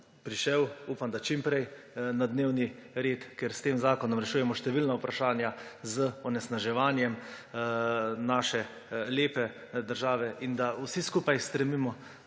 prišel, upam, da čim prej, na dnevni red, ker s tem zakonom rešujemo številna vprašanja glede onesnaževanja naše lepe države in da vsi skupaj stremimo